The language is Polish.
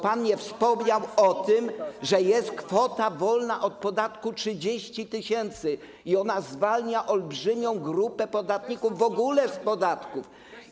Pan nie wspomniał o tym, że jest kwota wolna od podatku 30 tys. i ona zwalnia olbrzymią grupę podatników w ogóle z podatków.